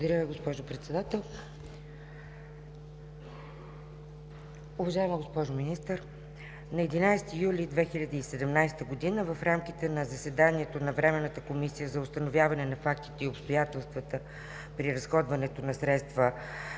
Благодаря, госпожо Председател.